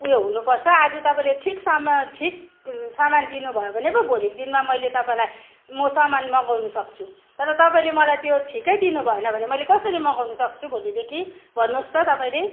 उयो हुनुपर्छ आज तपाईँले ठिकसँग ठिक सामान दिनुभयो भने पो भोलिको दिनमा मैले तपाईँ तपाईँलाई म सामान मगाउँन सक्छु तर तपाईँले मलाई त्यो ठिकै दिनुभएन भने मैले कसरी मगाउँन सक्छु भोलिदेखि भन्नुहोस् त तपाईँले